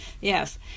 Yes